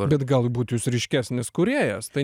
bet galbūt jūs ryškesnis kūrėjas tai